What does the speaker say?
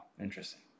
Interesting